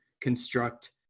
construct